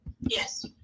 Yes